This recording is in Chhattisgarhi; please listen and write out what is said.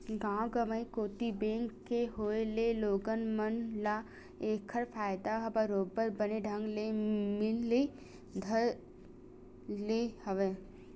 गाँव गंवई कोती बेंक के होय ले लोगन मन ल ऐखर फायदा ह बरोबर बने ढंग ले मिले बर धर ले हवय